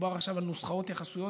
ומדובר עכשיו על נוסחאות יחסיות